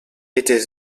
était